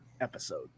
episode